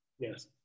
Yes